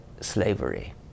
slavery